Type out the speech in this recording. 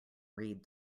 read